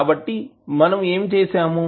కాబట్టి మనము ఏమి చేసాము